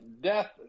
Death